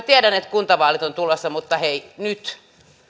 tiedän että kuntavaalit ovat tulossa mutta hei ihan oikeasti nyt